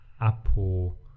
Apple